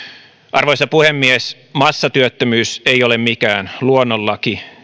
arvoisa puhemies massatyöttömyys ei ole mikään luonnonlaki